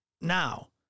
now